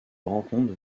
rencontre